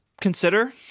consider